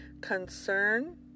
concern